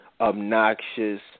obnoxious